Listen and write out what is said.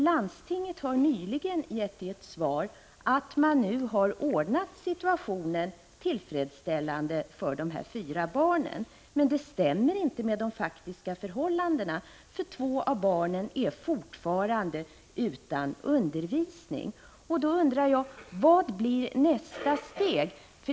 Landstinget har nyligen gett svaret att situationen nu har ordnats tillfredsställande för dessa fyra barn — men det stämmer inte med de faktiska förhållandena, eftersom två av barnen fortfarande är utan undervisning. Då undrar jag: Vad blir nästa steg?